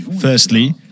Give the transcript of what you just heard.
Firstly